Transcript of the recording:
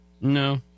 No